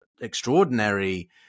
extraordinary